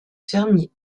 fermiers